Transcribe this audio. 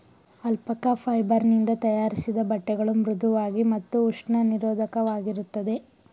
alpaca fibre ನಿಂದ ತಯಾರಿಸಿದ ಬಟ್ಟೆಗಳು ಮೃಧುವಾಗಿ ಮತ್ತು ಉಷ್ಣ ನಿರೋಧಕವಾಗಿರುತ್ತದೆ